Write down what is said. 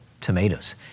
tomatoes